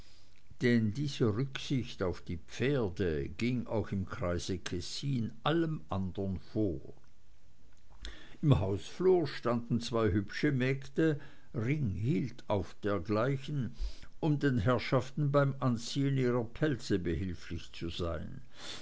denn diese rücksicht auf die pferde ging auch im kreise kessin allem anderen vor im hausflur standen zwei hübsche mägde ring hielt auf dergleichen um den herrschaften beim anziehen ihrer pelze behilflich zu sein